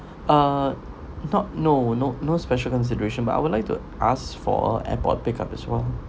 uh not no no no special consideration but I would like to ask for a airport pick up as well